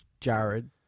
Jared